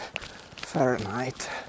Fahrenheit